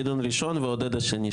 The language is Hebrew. גדעון ראשון ועודד השני,